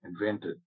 invented